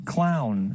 Clown